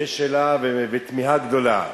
ויש שאלה ותמיהה גדולה: